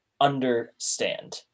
understand